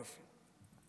יופי.